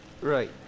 Right